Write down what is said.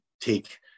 take